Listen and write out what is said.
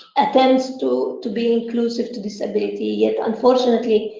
attempts to to be inclusive to disability. yet, unfortunately,